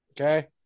okay